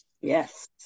Yes